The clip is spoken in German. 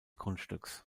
grundstücks